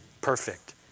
perfect